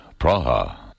Praha